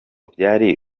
byari